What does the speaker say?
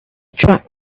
track